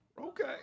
okay